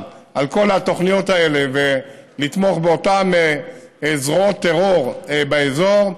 על כל התוכניות האלה ולתמוך באותן זרועות טרור באזור,